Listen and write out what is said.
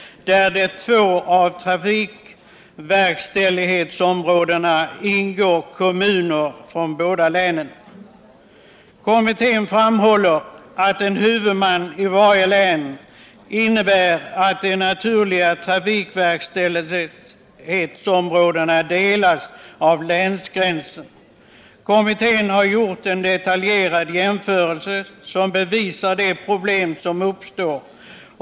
I två av dessa ingår kommuner från båda länen i trafikverkställighetsområdena. Kommittén framhåller att er huvudman i varje län innebär att de naturliga trafikverkställighetsområdena delas av länsgränsen. Kommittén har gjort en detaljerad jämförelse, som belyser de problem som uppstår.